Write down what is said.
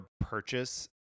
purchase